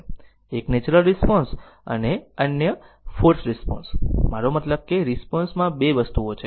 એક natural response અને અન્ય ફોર્સ્ડ રિસ્પોન્સ મારો મતલબ કે રિસ્પોન્સ માં બે વસ્તુઓ છે